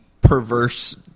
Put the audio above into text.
perverse